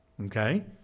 Okay